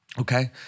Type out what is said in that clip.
okay